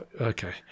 Okay